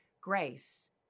Grace